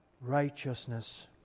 righteousness